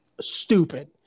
Stupid